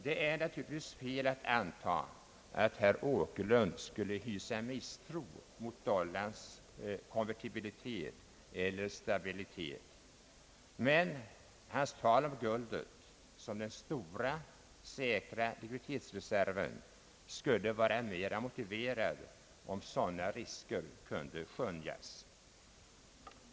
Det är naturligtvis alldeles fel att anta att herr Åkerlund hyser misstro mot dollarns konvertibilitet eller stabilitet, men hans tal om guldet som den stora säkra likviditetsreserven skulle vara mera motiverat om sådana risker kunde skönjas.